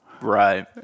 Right